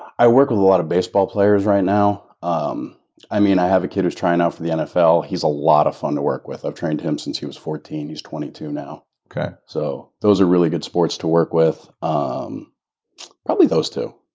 i work with a lot of baseball players right now. um i mean, i have a kid who's trying out for the nfl, he's a lot of fun to work with. i've trained him since he was fourteen. he's twenty two now. okay. so, those are really good sports to work with. um probably those two.